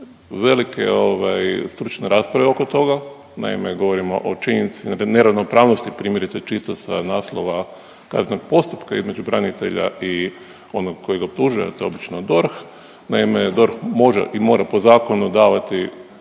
velike stručne rasprave oko toga. Naime, govorimo o činjenicu dakle neravnopravnosti primjerice čisto sa naslova kaznenog postupka između branitelja i onog koji ga optužuje, a to je obično DORH. Naime, DORH može i mora po zakonu davati